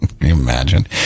imagine